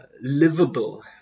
livable